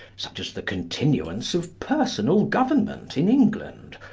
such as the continuance of personal government in england,